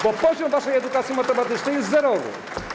bo poziom waszej edukacji matematycznej jest zerowy.